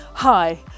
Hi